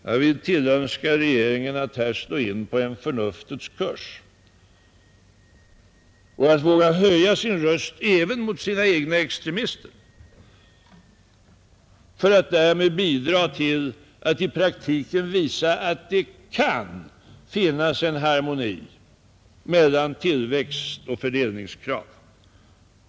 Jag vill tillönska regeringen att slå in på en förnuftets kurs, att våga höja sin röst även mot sina egna extremister och därmed bidra till att i praktiken visa att det kan finnas en harmoni mellan tillväxtoch fördelningskrav.